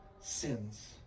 sins